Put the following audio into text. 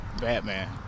Batman